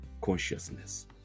consciousness